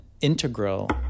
integral